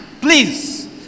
please